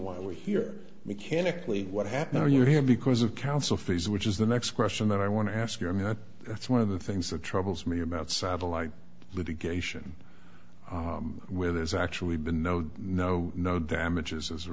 why we're here mechanically what happened are you here because of counsel fees which is the next question that i want to ask you i mean that that's one of the things that troubles me about satellite litigation where there's actually been no no no damages as a